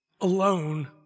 alone